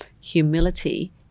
humility